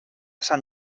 sant